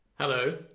Hello